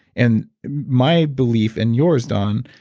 and my belief and yours don,